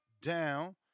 down